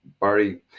barry